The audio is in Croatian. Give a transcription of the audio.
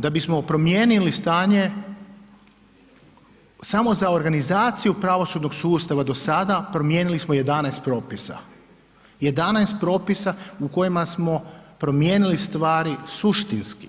Da bismo promijenili stanje samo za organizaciju pravosudnog sustava do sada, promijenili smo 11 propisa, 11 propisa u kojima smo promijenili stvari suštinski,